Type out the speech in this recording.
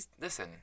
Listen